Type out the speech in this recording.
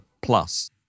plus